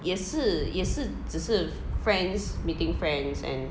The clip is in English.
也是也是只是 friends meeting friends and